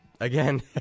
Again